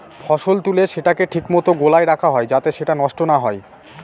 ফসল তুলে সেটাকে ঠিক মতো গোলায় রাখা হয় যাতে সেটা নষ্ট না হয়